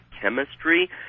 chemistry